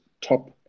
top